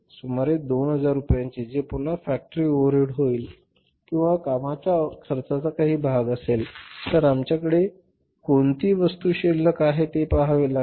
सुमारे २००० रुपयांचे जे पुन्हा फॅक्टरी ओव्हरहेड होईल किंवा कामांच्या खर्चाचा काही भाग असेल तर आपल्याकडे कोणती वस्तू शिल्लक आहे ते येथे पाहावे लागेल